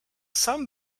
some